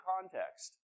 context